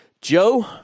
Joe